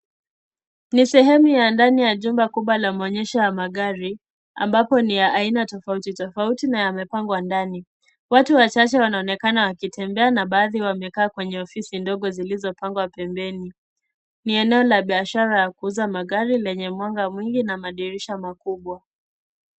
Ni sehemu ya ndani ya jumba kubwa la maonyesho ya magari, ambapo ni ya aina tofauti tofauti na yamepangwa ndani, watu wachache wanaonekana wakitembea na baadhi wamekaa kwenye ofisi ndogo zilizo pangwa pembeni. Ni eneo la biashara ya kuuza magari lenye mwanga mwingi, na madirisha makubwa.